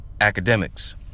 academics